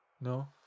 No